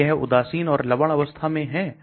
क्या यह तटस्थ या लवण अवस्था में है